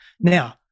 Now